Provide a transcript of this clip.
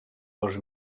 dos